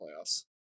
playoffs